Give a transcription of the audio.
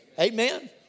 Amen